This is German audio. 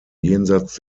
jenseits